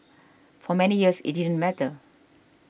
for many years it didn't matter